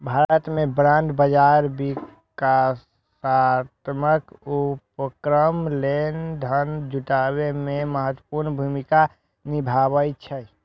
भारत मे बांड बाजार विकासात्मक उपक्रम लेल धन जुटाबै मे महत्वपूर्ण भूमिका निभाबै छै